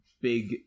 big